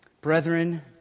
Brethren